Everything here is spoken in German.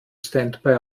standby